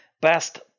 best